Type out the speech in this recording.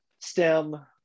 STEM